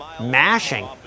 mashing